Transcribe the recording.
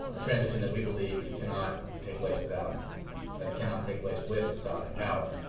a transition that we believe cannot take place without but cannot take place with assad in power.